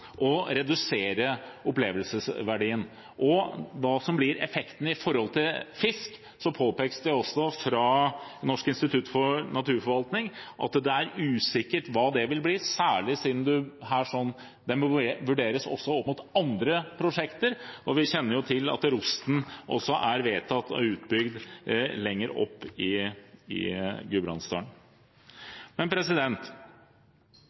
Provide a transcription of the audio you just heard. og redusere opplevelsesverdien. Hva som blir effekten for fisk, påpekes det også fra Norsk Institutt for Naturforskning at er usikkert, særlig siden det her også må vurderes opp mot andre prosjekter, og vi kjenner til at Rosten lenger opp i Gudbrandsdalen også er vedtatt utbygd. Men det er ikke bare sakens størrelse, det er også dens kontrovers som gjør at den bør være i